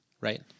right